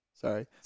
Sorry